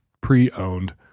pre-owned